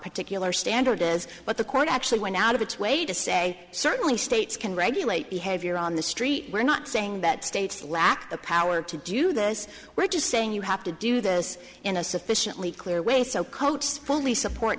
particular standard is but the court actually went out of its way to say certainly states can regulate behavior on the street we're not saying that states lack the power to do this we're just saying you have to do this in a sufficiently clear way so coach fully support